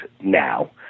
now